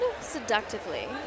seductively